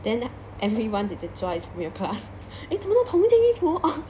then what everyone that they 抓 is from your class eh 做么同一件衣服